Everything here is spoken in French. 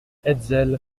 hetzel